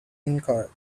incurred